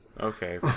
Okay